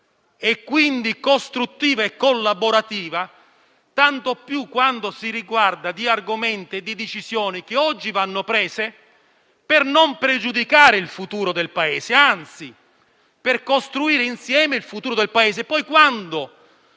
e quindi costruttiva e collaborativa, tanto più quando si tratta di argomenti e di decisioni che vanno prese oggi per non pregiudicare il futuro del Paese, anzi per costruirlo insieme. Poi, quando noi saremo